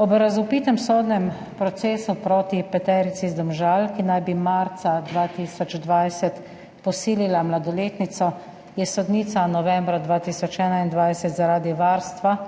Ob razvpitem sodnem procesu proti peterici iz Domžal, ki naj bi marca 2020 posilila mladoletnico, je sodnica novembra 2021 zaradi varstva